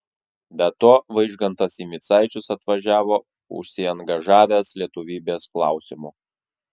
be to vaižgantas į micaičius atvažiavo užsiangažavęs lietuvybės klausimu